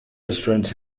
restaurants